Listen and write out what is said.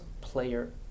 player